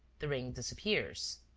the ring disappears.